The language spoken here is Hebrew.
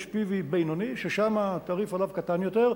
יש PV בינוני, ושם התעריף קטן יותר.